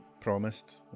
promised